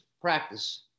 practice